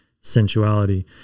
sensuality